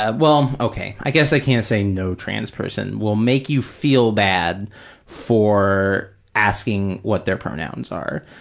ah well, um okay, i guess i can't say no trans person, will make you feel bad for asking what their pronouns are,